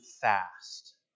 fast